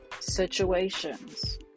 situations